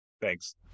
Thanks